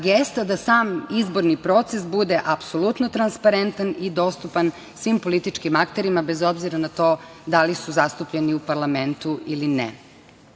gesta da sam izborni proces bude apsolutno transparentan i dostupan svim političkim akterima bez obzira na to da li su zastupljeni u parlamentu ili